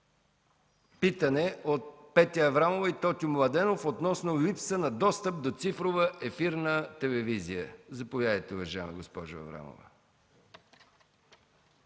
питане от Петя Аврамова и Тотю Младенов относно липса на достъп до цифрова и ефирна телевизия. Заповядайте, госпожо Аврамова.